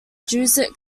jesuit